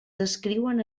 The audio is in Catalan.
descriuen